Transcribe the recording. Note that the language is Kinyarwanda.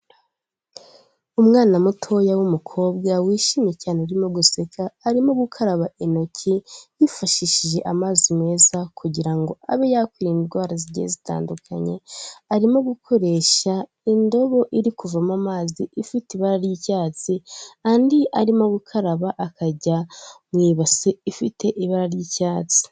Umwana mutoya w'umukobwa wishimye cyane urimo guseka, arimo gukaraba intoki, yifashishije amazi meza kugira ngo abe yakwirinda indwara zigiye zitandukanye, arimo gukoresha indobo iri kuvaomo amazi, ifite ibara ry'icyatsi, andi arimo gukaraba akajya mu ibasi ifite ibara ry'icyatsi.